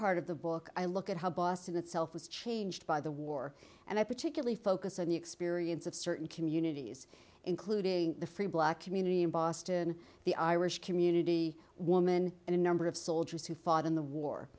part of the book i look at how boston itself was changed by the war and i particularly focus on the experience of certain communities including the black community in boston the irish community woman and a number of soldiers who fought in the war